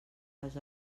les